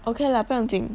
okay lah 不用紧